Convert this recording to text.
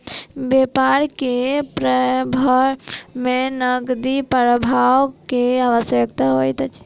व्यापार के प्रारम्भ में नकदी प्रवाह के आवश्यकता होइत अछि